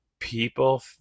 people